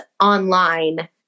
online